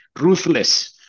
ruthless